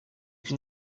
can